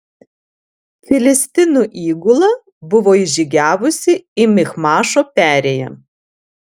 filistinų įgula buvo įžygiavusi į michmašo perėją